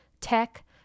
tech